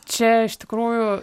čia iš tikrųjų